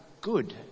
good